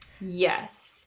yes